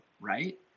right